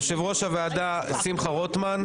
יושב-ראש הוועדה שמחה רוטמן,